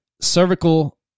cervical